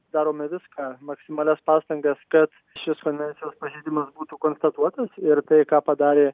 darome viską maksimalias pastangas kad šis konvencijos pažeidimas būtų konstatuotas ir tai ką padarė